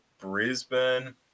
Brisbane